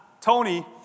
Tony